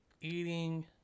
eating